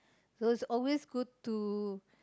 so it's always good to